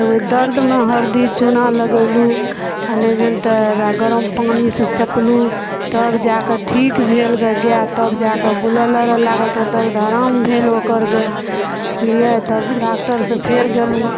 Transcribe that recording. तऽ ओहि दर्द हल्दी चूना लगेलहुॅं आ नहि भेल तऽ ओकरा गरम पानी सॅं सेकलहुॅं तब जाके ठीक भेल ग गाय तब जाके बुलय लागल तब दरदमे आराम भेल ओकर गे बुझलिए तब डॉक्टर सऽ फेर गेलहुॅं